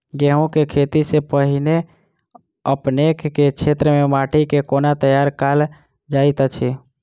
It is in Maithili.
गेंहूँ केँ खेती सँ पहिने अपनेक केँ क्षेत्र मे माटि केँ कोना तैयार काल जाइत अछि?